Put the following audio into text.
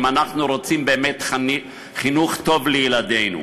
אנחנו רוצים באמת חינוך טוב לילדינו.